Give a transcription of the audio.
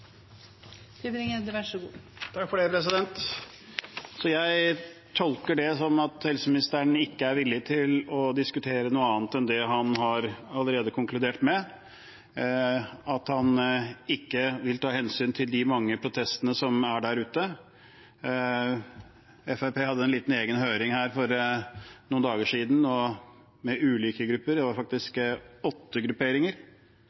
villig til å diskutere noe annet enn det han allerede har konkludert med, at han ikke vil ta hensyn til de mange protestene som er der ute. Fremskrittspartiet hadde en liten egen høring her for noen dager siden, med ulike grupper – faktisk åtte grupperinger